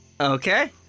Okay